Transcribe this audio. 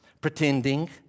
Pretending